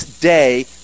day